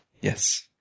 yes